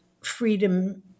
freedom